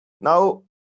Now